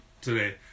today